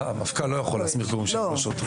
המפכ"ל לא יכול להסמיך גורמים שהם לא שוטרים.